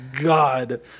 God